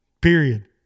Period